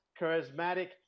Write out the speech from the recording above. charismatic